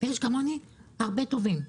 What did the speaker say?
ויש כמוני הרבה אנשים טובים.